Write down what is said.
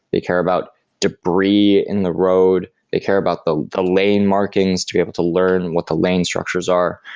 they care about debris in the road. they care about the the lane markings to be able to learn what the lane structures are.